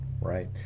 right